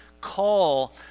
call